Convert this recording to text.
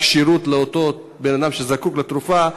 רק שירות לאותו בן-אדם שזקוק לתרופה,